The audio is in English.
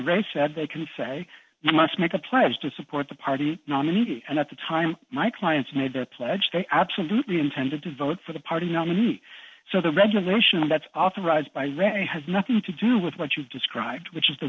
race and they can say you must make a pledge to support the party nominee and at the time my clients made their pledge they absolutely intended to vote for the party nominee so the registration that's authorized by ray has nothing to do with what you described which is the